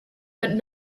but